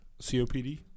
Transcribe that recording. COPD